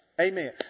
Amen